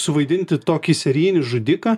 suvaidinti tokį serijinį žudiką